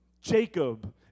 Jacob